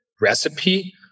recipe